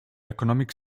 economic